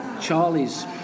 Charlie's